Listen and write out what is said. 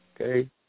Okay